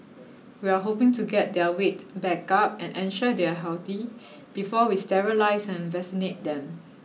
we are hoping to get their weight back up and ensure they are healthy before we sterilise and vaccinate them